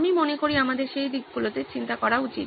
আমি মনে করি আমাদের সেই দিকগুলোতে চিন্তা করা উচিত